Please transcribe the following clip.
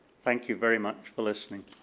thank you very much for listening.